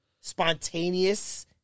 spontaneous